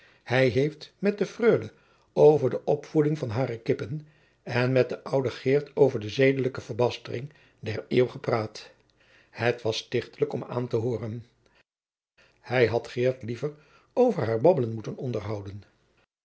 hij heeft met de freule over de opvoeding van hare kippen en met de oude geert over de zedelijke verbastering der eeuw gepraat het was stichtelijk om aan te hooren hij had geert liever over haar babbelen moeten onderhouden